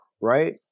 right